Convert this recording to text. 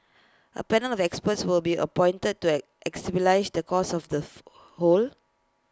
A panel of experts will be appointed to ex stabilize the cause of the hole